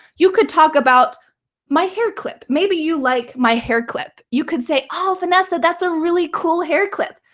you could talk about my hair clip. maybe you like my hair clip. you could say, oh, vanessa, that's a really cool hair clip.